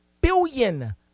billion